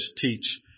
teach